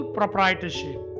proprietorship